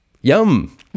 yum